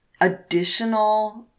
additional